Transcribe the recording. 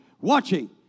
watching